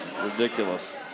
Ridiculous